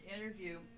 interview